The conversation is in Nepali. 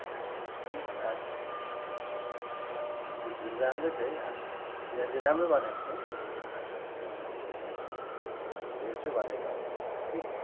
आच्छा झिल आच्छा त्यो झिल राम्रो छ है आच्छा ए अहिले राम्रो बनाएको छ है ए आच्छा आच्छा त्यो भाइहरूले हेर्छु भनेर भन्नु हुँदैथ्यो कि